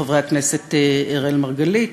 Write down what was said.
חברי הכנסת אראל מרגלית,